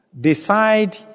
Decide